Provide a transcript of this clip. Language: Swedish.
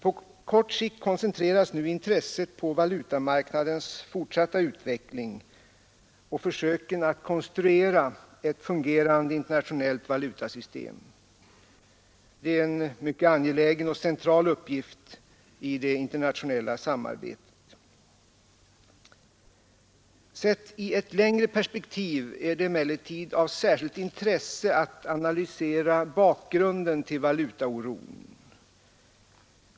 På kort sikt koncentreras nu intresset till valutamarknadens fortsatta utveckling och försöken att konstruera ett fungerande internationellt valutasystem. Det är en angelägen och central uppgift i det internationella samarbetet. Sett i ett längre perspektiv är det emellertid av särskilt intresse att analysera bakgrunden till valutaoron.